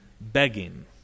begging